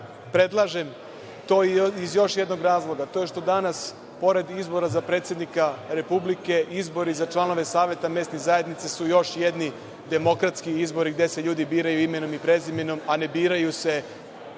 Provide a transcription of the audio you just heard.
mesto? Predlažem ovo iz još jednog razloga, a to je što danas, pored izbora za predsednika Republike, izbori za članove saveta mesnih zajednica su još jedni demokratski izbori gde se ljudi biraju imenom i prezimenom, a ne biraju se